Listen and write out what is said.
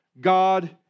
God